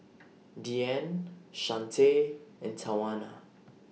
Deanne Shante and Tawanna